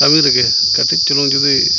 ᱠᱟᱹᱢᱤ ᱨᱮᱜᱮ ᱠᱟᱹᱴᱤᱡᱪᱩᱞᱩᱝ ᱡᱚᱫᱤ